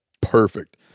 perfect